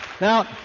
Now